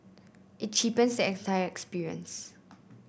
it cheapens the entire experience